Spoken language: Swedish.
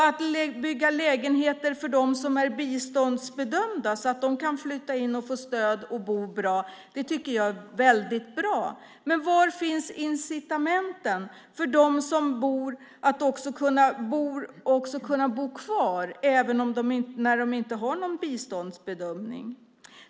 Att bygga lägenheter för dem som är biståndsbedömda så att de kan flytta in och få stöd och bo bra är utmärkt, men var finns incitamenten för dem som vill kunna bo kvar även om de inte har någon biståndsbedömning?